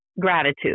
gratitude